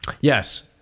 yes